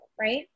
right